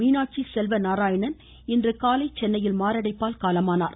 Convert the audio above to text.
மீனாட்சி செல்வ நாராயணன் இன்று காலை சென்னையில் மாரடைப்பால் காலமானார்